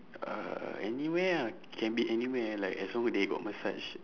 uh anywhere ah can be anywhere like as long as they got massage